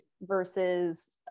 versus